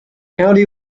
county